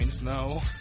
No